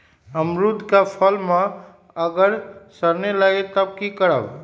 अमरुद क फल म अगर सरने लगे तब की करब?